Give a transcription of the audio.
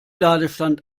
ladestand